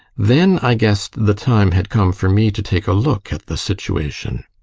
then i guessed the time had come for me to take a look at the situation.